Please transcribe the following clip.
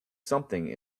something